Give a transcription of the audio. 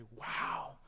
wow